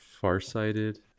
farsighted